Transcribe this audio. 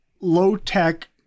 low-tech